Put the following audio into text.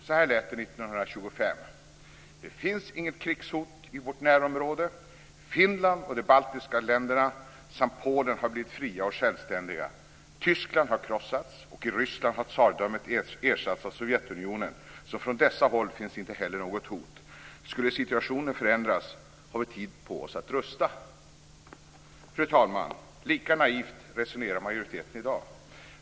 Så här lät det 1925: Det finns inget krigshot i vårt närområde. Finland och de baltiska länderna samt Polen har blivit fria och självständiga. Tyskland har krossats, och i Ryssland har tsardömet ersatts av Sovjetunionen, så från detta håll finns inte heller något hot. Skulle situationen förändras har vi tid på oss att rusta. Fru talman! Lika naivt resonerar majoriteten i dag.